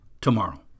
tomorrow